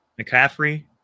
McCaffrey